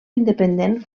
independent